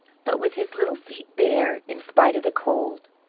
but with his little feet bare, in spite of the cold.